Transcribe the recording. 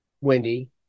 wendy